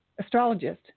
astrologist